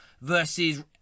versus